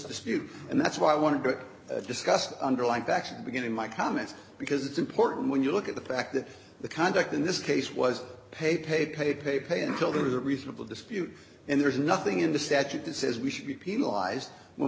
dispute and that's why i want to discuss the underlying facts and beginning my comments because it's important when you look at the fact that the conduct in this case was pay pay pay pay pay until there is a reasonable dispute and there's nothing in the statute that says we should be penalized when